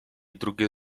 drugie